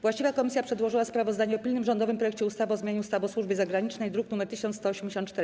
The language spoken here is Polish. Właściwa komisja przedłożyła sprawozdanie o pilnym rządowym projekcie ustawy o zmianie ustawy o służbie zagranicznej, druk nr 1184.